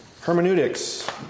hermeneutics